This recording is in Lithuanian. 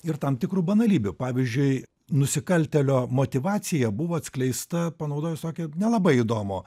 ir tam tikrų banalybių pavyzdžiui nusikaltėlio motyvacija buvo atskleista panaudojus tokį nelabai įdomų